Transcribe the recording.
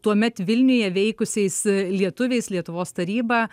tuomet vilniuje veikusiais lietuviais lietuvos taryba